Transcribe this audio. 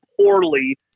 poorly